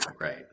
right